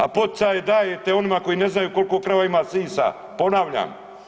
A poticaje dajete onima koji ne znaju koliko krava ima sisa, ponavljam.